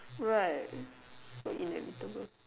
right so inevitable